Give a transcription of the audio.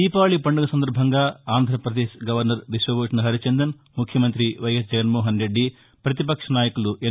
దీపావళి పండుగ సందర్బంగా ఆంధ్రపదేశ్ గవర్నర్ బిశ్వభూషణ్ హరిచందన్ ముఖ్యమంత్రి వైఎస్ జగన్మోహన్రెద్ది ప్రతిపక్ష నాయకులు ఎన్